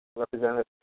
Representative